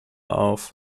auf